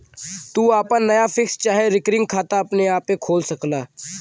तू आपन नया फिक्स चाहे रिकरिंग खाता अपने आपे खोल सकला